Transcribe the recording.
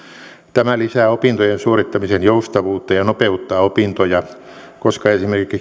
tämä lisää opintojen suorittamisen joustavuutta ja nopeuttaa opintoja koska